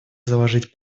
заложить